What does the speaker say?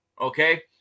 okay